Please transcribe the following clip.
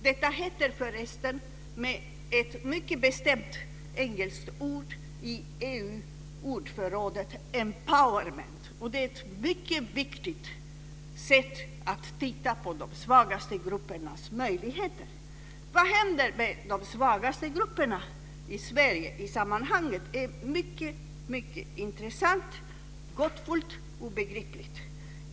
Det heter med ett engelskt ord i EU ordförrådet empowerment. Det är ett viktigt sätt att se på de svagaste gruppernas möjligheter. Det är i detta sammanhang mycket intressant, gåtfullt och obegripligt vad som händer med de svagaste grupperna i Sverige.